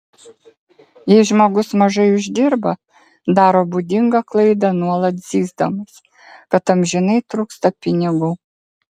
jei žmogus mažai uždirba daro būdingą klaidą nuolat zyzdamas kad amžinai trūksta pinigų